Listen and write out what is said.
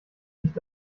nicht